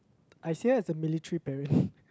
I see her as a military parent